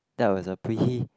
that was a pretty